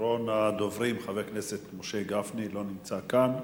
אחרון הדוברים, חבר הכנסת משה גפני, לא נמצא כאן.